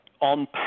on